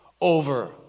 over